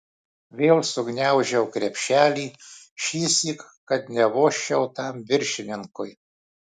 vėl sugniaužiau krepšelį šįsyk kad nevožčiau tam viršininkui